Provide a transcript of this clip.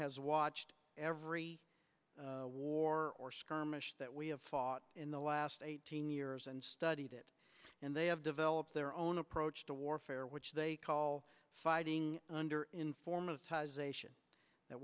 has watched every war or skirmish that we have fought in the last eighteen years and studied it and they have developed their own approach to warfare which they call fighting under in form